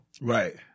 Right